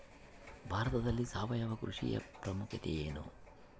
ಭಾರತದಲ್ಲಿ ಸಾವಯವ ಕೃಷಿಯ ಪ್ರಾಮುಖ್ಯತೆ ಎನು?